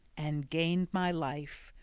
and gained my life,